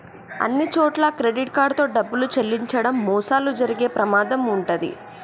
అన్నిచోట్లా credit card తో డబ్బులు చెల్లించడం మోసాలు జరిగే ప్రమాదం వుంటది